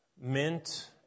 mint